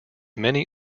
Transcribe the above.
many